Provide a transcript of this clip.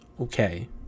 Okay